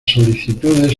solicitudes